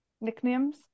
nicknames